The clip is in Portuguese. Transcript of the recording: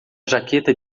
jaqueta